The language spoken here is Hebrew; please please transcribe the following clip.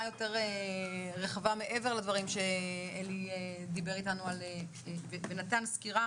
יותר רחבה מעבר לדברים שעלי אמר ונתן סקירה